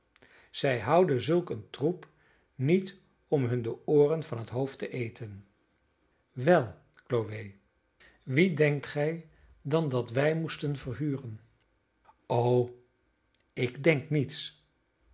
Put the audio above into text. zij houden zulk een troep niet om hun de ooren van het hoofd te eten wel chloe wien denkt gij dan dat wij moesten verhuren o ik denk niets